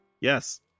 Yes